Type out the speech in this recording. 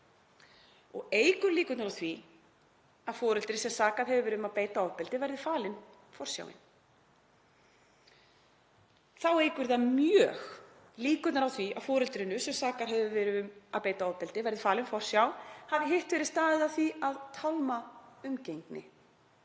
og eykur líkurnar á því að foreldri sem sakað hefur verið um að beita ofbeldi verði falin forsjá. Þá eykur það mjög líkurnar á því að foreldrinu sem sakað hefur verið um að beita ofbeldi verði falin forsjá hafi hitt verið staðið að því að tálma umgengni.